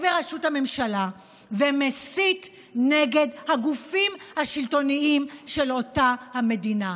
בראשות הממשלה ומסית נגד הגופים השלטוניים של אותה המדינה.